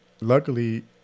luckily